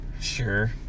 Sure